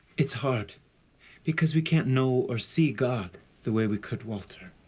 it's hard because we can't know or see god the way we could walter.